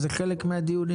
וזה חלק מהדיונים.